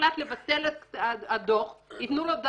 עוד לא סיימנו.